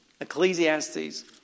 Ecclesiastes